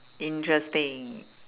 interesting